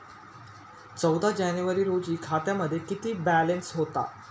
चौदा जानेवारी रोजी खात्यामध्ये किती बॅलन्स होता?